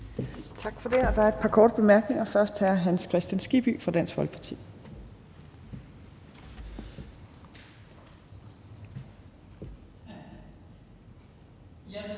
Tak for det. Der er et par korte bemærkninger. Først er det hr. Hans Kristian Skibby fra Dansk Folkeparti.